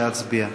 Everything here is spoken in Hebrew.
נא להצביע.